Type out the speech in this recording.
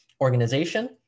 organization